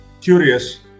curious